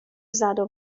زدو